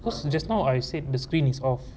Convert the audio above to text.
'cause you just now I said the screen is off